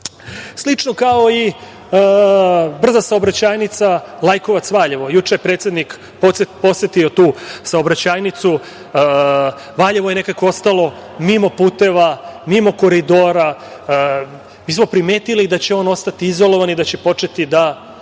slično kao i brza saobraćajnica Lajkovac – Valjevo. Juče je predsednik posetio tu saobraćajnicu. Valjevo je nekako ostalo mimo puteva, mimo Koridora. Mi smo primetili da će on ostati izolovan i da će početi da